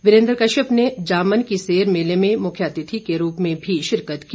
वीरेन्द्र कश्यप ने जामन की सेर मेले में मुख्य अतिथि के रूप में शिरकत की